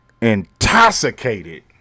intoxicated